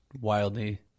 wildly